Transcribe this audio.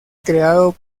creado